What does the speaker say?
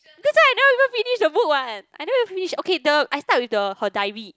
that's why I didn't even finish the book one I don't have finish okay the I start with the her diary